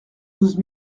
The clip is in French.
douze